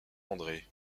andré